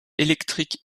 électriques